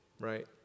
Right